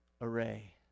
array